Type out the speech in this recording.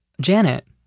Janet